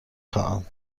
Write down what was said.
خواهم